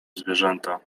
zwierzęta